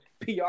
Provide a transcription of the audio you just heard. PR